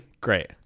great